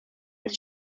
this